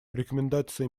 рекомендации